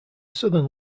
southern